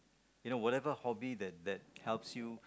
you know whatever hobby that that helps you